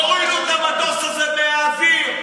תורידו את המטוס הזה מהאוויר,